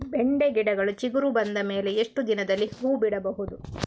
ಬೆಂಡೆ ಗಿಡಗಳು ಚಿಗುರು ಬಂದ ಮೇಲೆ ಎಷ್ಟು ದಿನದಲ್ಲಿ ಹೂ ಬಿಡಬಹುದು?